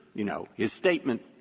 you know, his statement,